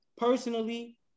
personally